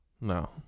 No